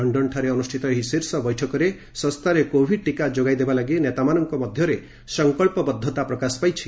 ଲଣ୍ଡନଠାରେ ଅନୁଷ୍ଠିତ ଏହି ଶୀର୍ଷ ବୈଠକରେ ଶସ୍ତାରେ କୋଭିଡ ଟିକା ଯୋଗାଇ ଦେବା ଲାଗି ନେତାମାନଙ୍କ ମଧ୍ୟରେ ସଂକଳ୍ପବଦ୍ଧତା ପ୍ରକାଶ ପାଇଛି